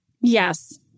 Yes